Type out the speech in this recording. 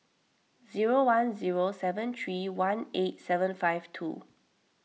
zero one zero seven three one eight seven five two